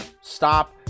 Stop